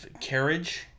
Carriage